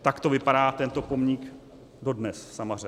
Takto vypadá tento pomník dodnes v Samaře.